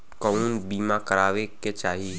कउन बीमा करावें के चाही?